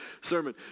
sermon